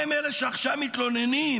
הם אלה שעכשיו מתלוננים.